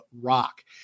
rock